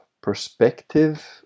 perspective